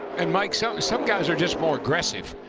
and like so some guys are just more aggressive.